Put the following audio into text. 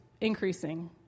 increasing